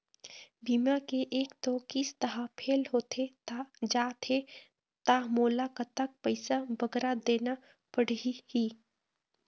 बीमा के एक दो किस्त हा फेल होथे जा थे ता मोला कतक पैसा बगरा देना पड़ही ही?